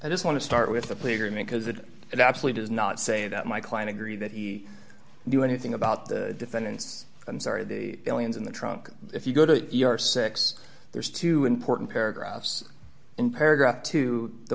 i just want to start with a plea agreement because it actually does not say that my client agree that he knew anything about the defendants i'm sorry the aliens in the trunk if you go to your six there's two important paragraphs in paragraph to the